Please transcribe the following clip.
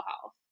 health